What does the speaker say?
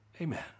Amen